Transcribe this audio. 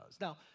Now